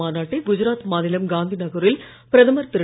மாநாட்டை குஜராத் மாநிலம் காந்தி நகரில் பிரதமர் திரு